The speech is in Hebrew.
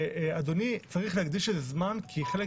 אדוני, צריך להקדיש לזה זמן כי חלק